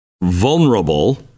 vulnerable